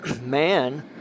man